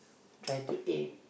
try to eat